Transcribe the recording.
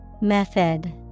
Method